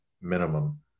minimum